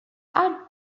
are